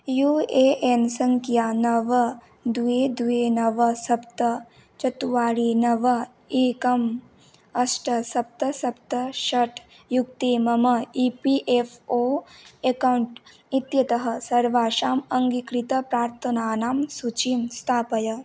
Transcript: you A N सङ्ख्या नव द्वे द्वे नव सप्त चत्वारि नव एकं अष्ट सप्त सप्त षट् युक्ते मम E P F O account इत्यतः सर्वासाम् अङ्गीकृतप्रार्थनानां सूचीं स्थापय